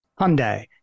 Hyundai